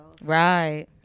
Right